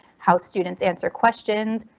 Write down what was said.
how students answer questions,